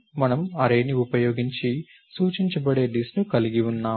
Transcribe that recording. మనము అర్రేని ఉపయోగించి సూచించబడే లిస్ట్ ను కలిగి ఉన్నాము